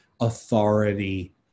authority